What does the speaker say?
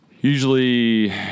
usually